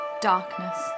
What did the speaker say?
Darkness